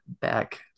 back